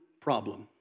problem